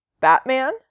Batman